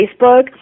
Facebook